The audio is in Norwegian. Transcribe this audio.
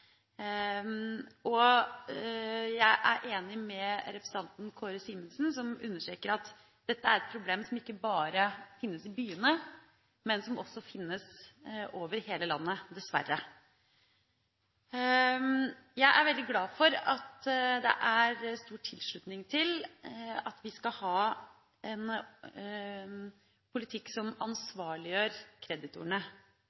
Jeg er enig med representanten Kåre Simensen som understreker at dette er et problem som ikke bare fins i byene, men som også fins over hele landet, dessverre. Jeg er veldig glad for at det er stor tilslutning til at vi skal ha en politikk som